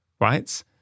Right